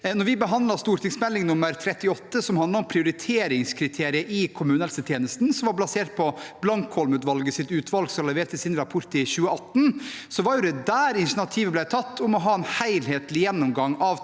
Da vi behandlet Meld. St. 38 for 2020–2021, som handlet om prioriteringskriterier i kommunehelsetjenesten og var basert på Blankholm-utvalget, som leverte sin rapport i 2018, så var det der initiativet ble tatt om å ha en helhetlig gjennomgang av